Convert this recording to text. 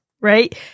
right